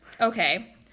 okay